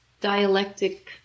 dialectic